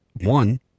one